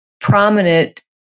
prominent